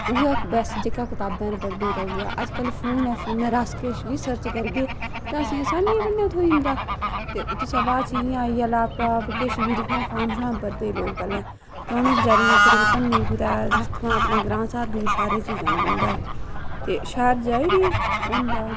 उ'ऐ बस जेह्का कताबें पर पढ़दे हे उ'ऐ अजकल फोन ऐ फोना पर अस किश बी सर्च करगे ते असेंगी असानी कन्नै गै थ्होई जंदा ते ओह्दे बाद च आई आ लैपटाप किश बी दिक्खो हां फार्म शार्म भरदे हे लोक पैह्ले ते उ'नें बचैरें गी इक दिन भन्नी कुतै इत्थुआं अपने ग्रांऽ शा दूए शैह्रे च गै जाना पौंदा हा ते शैह्र जाई रेह् उं'दा